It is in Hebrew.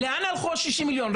לאן הלכו ה-60 מיליון השקלים?